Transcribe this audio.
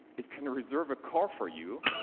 it can reserve a car for you,